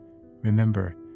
Remember